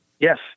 Yes